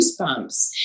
goosebumps